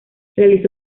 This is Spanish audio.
realizó